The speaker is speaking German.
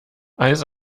eis